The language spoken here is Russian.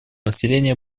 населения